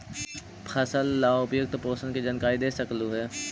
फसल ला उपयुक्त पोषण के जानकारी दे सक हु?